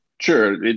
Sure